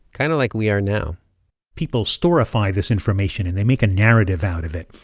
kind of like we are now people storify this information, and they make a narrative out of it.